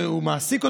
שמעסיק אותו,